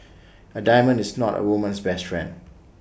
A diamond is not A woman's best friend